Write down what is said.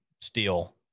steel